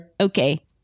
okay